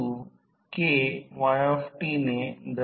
भार copper loss फारच लहान नगण्य आहे